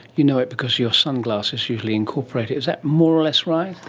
you know it because your sunglasses usually incorporate it. is that more or less right?